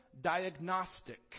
diagnostic